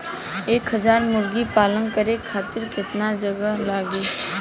एक हज़ार मुर्गी पालन करे खातिर केतना जगह लागी?